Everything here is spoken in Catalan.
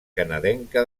canadenca